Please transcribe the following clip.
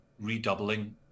redoubling